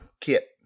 kit